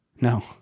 No